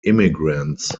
immigrants